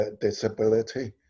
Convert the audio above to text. disability